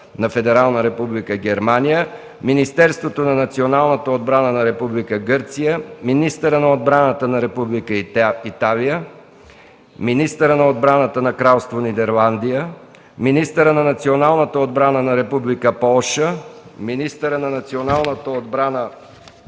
на Федерална република Германия, Министерството на националната отбрана на Република Гърция, министъра на отбраната на Република Италия, министъра на отбраната на Кралство Нидерландия, министъра на националната отбрана на Република Полша, министъра на националната отбрана